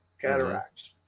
cataracts